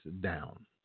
down